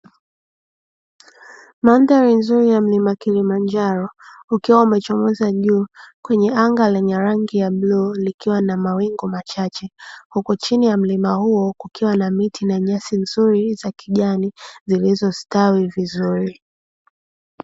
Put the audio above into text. Mandhari nzuri ya mlima Kilimanjaro, ukiwa umechomoza juu kwenye anga lenye rangi ya bluu likiwa na mawingu machache, huku chini ya mlima huu kukiwa na miti na nyasi nzuri za kijani, zilizostawi vizuri.